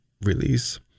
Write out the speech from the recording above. release